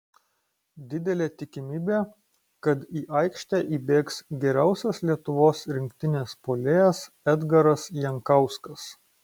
didelė tikimybė kad į aikštę įbėgs geriausias lietuvos rinktinės puolėjas edgaras jankauskas